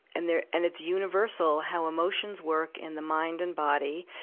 and there, and it's universal how emotions work in the mind and body,